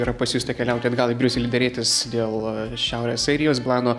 yra pasiųsta keliauti atgal į briuselį derėtis dėl šiaurės airijos plano